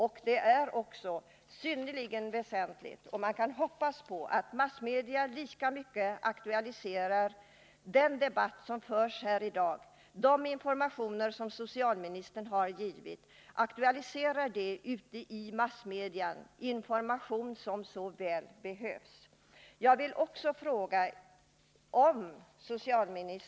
Frågan är synnerligen väsentlig, och man bör kunna hoppas på att massmedia tar upp den debatt som förs upp i dag och den information som socialministern givit. Det är en information som såväl behövs